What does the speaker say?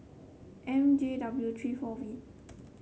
M J W three four V